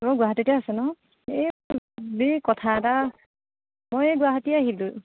অ গুৱাহাটীতে আছে ন' এই কথা এটা মই এই গুৱাহাটী আহিলোঁ